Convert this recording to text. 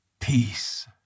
Peace